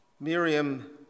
Miriam